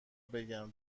بگم